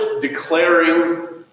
declaring